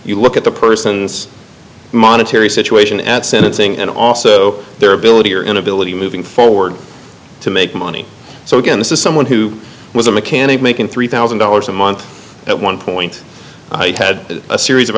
you look at the person's monetary situation at sentencing and also their ability or inability moving forward to make money so again this is someone who was a mechanic making three thousand dollars a month at one point had a series of